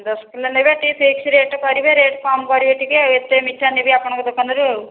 ଦଶ କିଲୋ ନେବେ ଟିକେ ଫିକ୍ସ ରେଟ କରିବେ ରେଟ କମ କରିବେ ଟିକେ ଏତେ ମିଠା ନେବି ଆପଣଙ୍କ ଦୋକାନରୁ ଆଉ